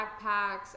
backpacks